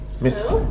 Miss